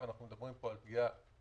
אני מדבר על אנשים